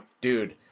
Dude